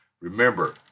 remember